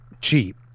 cheap